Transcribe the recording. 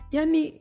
Yani